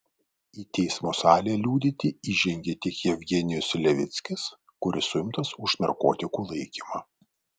į teismo salę liudyti įžengė tik jevgenijus levickis kuris suimtas už narkotikų laikymą